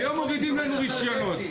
היום מורידים לנו רישיונות.